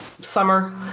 summer